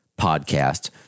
podcast